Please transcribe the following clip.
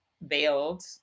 veiled